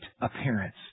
appearance